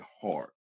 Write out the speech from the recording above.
heart